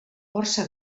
força